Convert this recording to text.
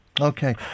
Okay